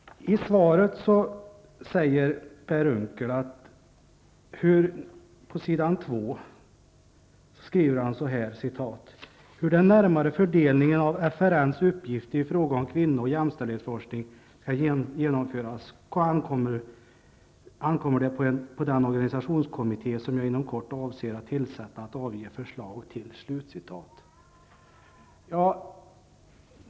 I svaret skriver Per Unckel: '' Hur den närmare fördelningen av FRN:s uppgifter i fråga om kvinno och jämställdhetsforskningen skall genomföras, ankommer det på den organisationskommitté, som jag inom kort avser att tillsätta, att avge förslag till.''